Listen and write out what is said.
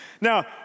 Now